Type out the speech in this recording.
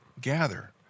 gather